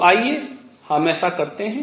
तो आइए हम ऐसा करतें हैं